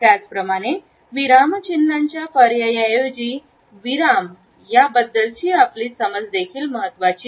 त्याचप्रमाणे विराम चिन्हांच्या पर्यायांऐवजी विराम याबद्दलची आपली समज देखील महत्वाचे आहे